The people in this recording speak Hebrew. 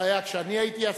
זה היה כשאני הייתי השר.